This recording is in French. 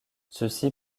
ceci